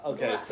Okay